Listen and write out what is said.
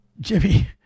jimmy